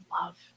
love